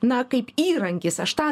na kaip įrankis aš tą